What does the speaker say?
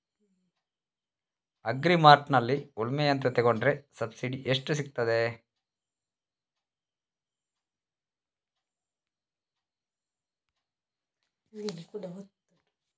Agri ಮಾರ್ಟ್ನಲ್ಲಿ ಉಳ್ಮೆ ಯಂತ್ರ ತೆಕೊಂಡ್ರೆ ಸಬ್ಸಿಡಿ ಎಷ್ಟು ಸಿಕ್ತಾದೆ?